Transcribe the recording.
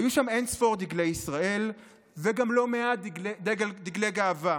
היו שם אין-ספור דגלי ישראל וגם לא מעט דגלי גאווה,